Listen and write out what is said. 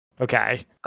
Okay